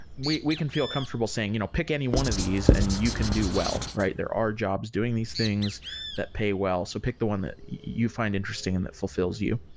we we can feel comfortable saying, you know pick any one of these, and you can do well. there are jobs doing these things that pay well. so pick the one that you find interesting and that fulfills you,